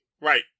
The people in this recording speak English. Right